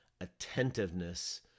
attentiveness